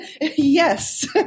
Yes